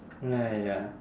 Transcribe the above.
!aiya!